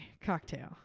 cocktail